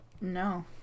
No